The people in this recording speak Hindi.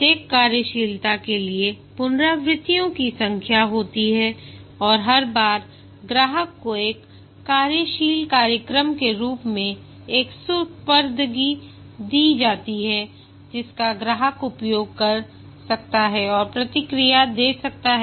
प्रत्येक कार्यशीलता के लिए पुनरावृत्तियों की संख्या होती है और हर बार ग्राहक को एक कार्यशील कार्यक्रम के रूप में एक सुपुर्दगी दी जाती है जिसका ग्राहक उपयोग कर सकता है और प्रतिक्रिया दे सकता है